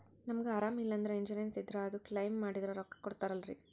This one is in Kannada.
ನಮಗ ಅರಾಮ ಇಲ್ಲಂದ್ರ ಇನ್ಸೂರೆನ್ಸ್ ಇದ್ರ ಅದು ಕ್ಲೈಮ ಮಾಡಿದ್ರ ರೊಕ್ಕ ಕೊಡ್ತಾರಲ್ರಿ?